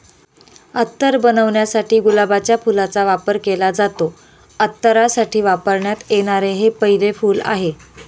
अत्तर बनवण्यासाठी गुलाबाच्या फुलाचा वापर केला जातो, अत्तरासाठी वापरण्यात येणारे हे पहिले फूल आहे